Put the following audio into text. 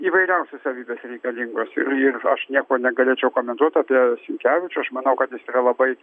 įvairiausios savybės reikalingos ir ir aš nieko negalėčiau komentuot apie sinkevičių aš manau kad jis yra labai